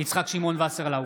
יצחק שמעון וסרלאוף,